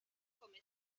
come